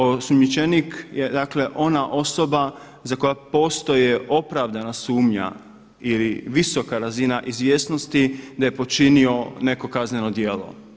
Osumnjičenik je dakle ona osoba za koje postoji opravdana sumnja ili visoka razina izvjesnosti da je počinio neko kazneno djelo.